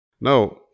Now